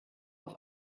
auf